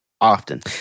often